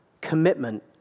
Commitment